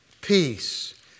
peace